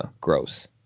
Gross